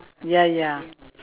ya ya